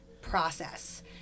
process